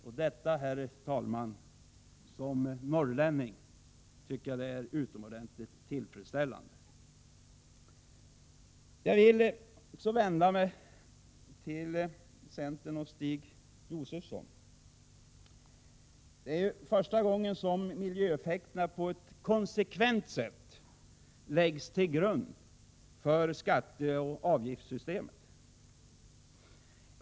Och detta, herr talman, tycker jag som norrlänning är utomordentligt tillfredsställande. Jag vill så vända mig till centern och Stig Josefson. Det är första gången som miljöeffekterna på ett konsekvent sätt läggs till grund för skatteoch avgiftssystemet.